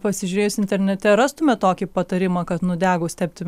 pasižiūrėjus internete rastume tokį patarimą kad nudegus tepti